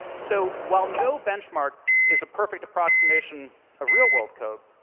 so while no benchmark is a perfect approximation of real world code,